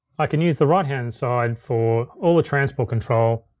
i can use the right-hand side for all the transport control.